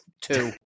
two